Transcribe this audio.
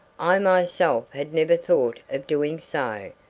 i myself had never thought of doing so,